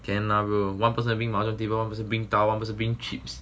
can lah bro one person bring mahjong table one person bring tiles one person bring chips